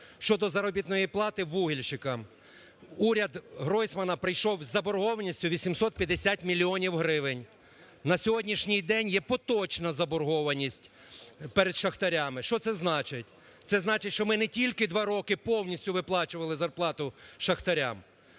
Щодо заробітної плати вугільщикам, уряд Гройсмана прийшов із заборгованістю 850 мільйонів гривень. На сьогоднішній день є поточна заборгованість перед шахтарями. Що це значить? Це значить, що ми не тільки 2 роки повністю виплачували зарплату шахтарям.